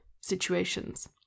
situations